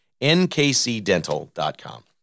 NKCDental.com